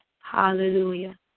Hallelujah